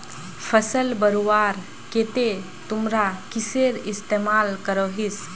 फसल बढ़वार केते तुमरा किसेर इस्तेमाल करोहिस?